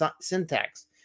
syntax